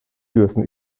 dürfen